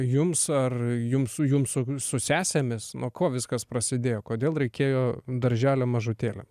jums ar jum su jum su su sesėmis nuo ko viskas prasidėjo kodėl reikėjo darželio mažutėlė